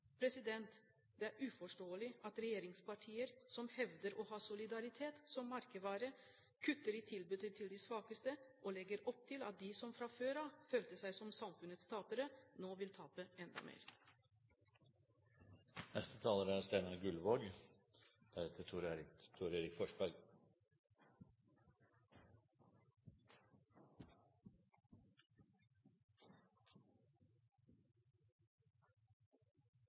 Det er uforståelig at regjeringspartier som hevder å ha solidaritet som merkevare, kutter i tilbudet til de svakeste og legger opp til at de som fra før følte seg som samfunnets tapere, nå vil tape enda mer. Det er